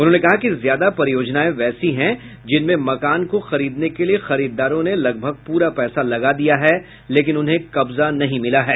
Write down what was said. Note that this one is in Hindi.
उन्होंने कहा कि ज्यादा परियोजनाएं वैसी हैं जिनमें मकान को खरीदने के लिए खरीदारों ने लगभग पूरा पैसा लगा दिया है लेकिन उन्हें कब्जा नहीं मिला है